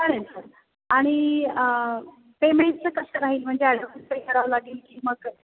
चालेल सर आणि पेमेंटचं कसं राहील म्हणजे ऍडव्हान्स पे करावं लागेल की मग